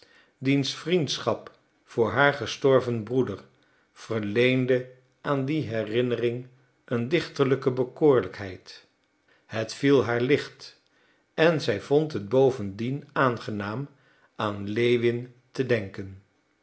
diens vriendschap voor haar gestorven broeder verleende aan die herinnering een dichterlijke bekoorlijkheid het viel haar licht en zij vond het bovendien aangenaam aan lewin te denken